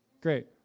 great